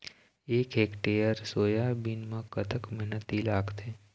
एक hectare soybean म कतक मेहनती लागथे?